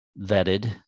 vetted